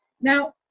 Now